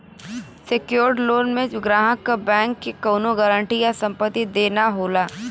secured loan में ग्राहक क बैंक के कउनो गारंटी या संपत्ति देना होला